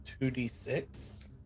2d6